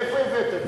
מאיפה הבאת את זה?